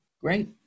great